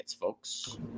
folks